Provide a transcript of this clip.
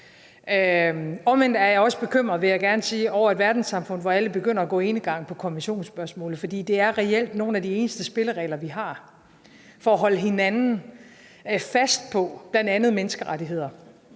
vil jeg gerne sige, over et verdenssamfund, hvor alle begynder at gå enegang i konventionsspørgsmålet, fordi det reelt er nogle af de eneste spilleregler, vi har, til at holde hinanden fast på bl.a. menneskerettigheder